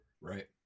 Right